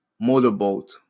motorboat